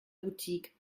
boutique